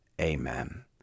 amen